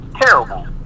Terrible